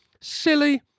silly